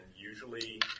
usually